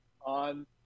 on